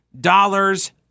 dollars